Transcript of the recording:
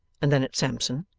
and then at sampson,